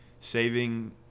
saving